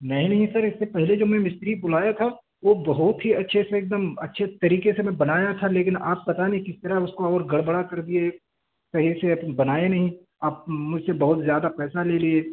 نہیں نہیں سر اس سے پہلے جو میں مستری بلایا تھا وہ بہت ہی اچھے سے ایک دم اچھے طریقے سے میں بنایا تھا لیکن آپ پتہ نہیں کس طرح اس کو اور گڑبڑ کر دیے صحیح سے بنایے نہیں آپ مجھ سے بہت زیادہ پیسہ لے لیے